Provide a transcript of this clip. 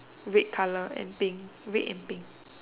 red colour and pink red and pink